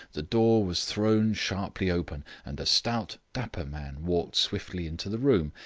the door was thrown sharply open and a stout, dapper man walked swiftly into the room,